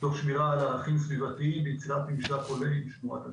תוך שמירה על ערכים סביבתיים ויצירת ממשק הולם עם שמורת הטבע.